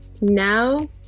now